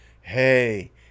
Hey